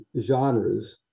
genres